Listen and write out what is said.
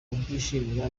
kubyishimira